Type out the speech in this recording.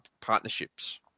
partnerships